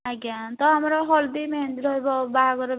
ଆଜ୍ଞା ତ ଆମର ହଳଦୀ ମେହେନ୍ଦୀ ରହିବ ବାହାଘର ବି